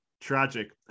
tragic